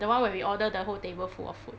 the [one] where we order the whole table full of food